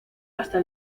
hasta